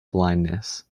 blindness